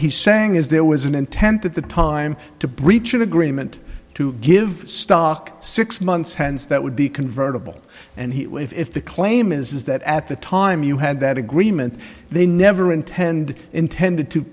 he's saying is there was an intent at the time to breach an agreement to give stock six months hence that would be convertible and he would if the claim is that at the time you had that agreement they never intended intended to